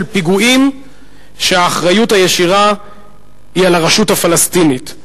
פיגועים שהאחריות הישירה להם היא על הרשות הפלסטינית,